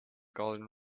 golden